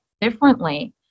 differently